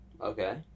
Okay